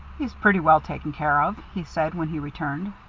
he's pretty well taken care of, he said when he returned.